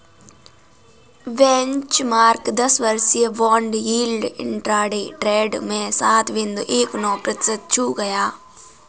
benchmark दस वर्षीय bond yield intraday trade में सात बिंदु एक नौ प्रतिशत को छू गया